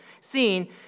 seen